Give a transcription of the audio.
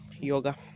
yoga